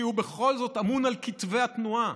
כי הוא בכל זאת אמון על כתבי התנועה.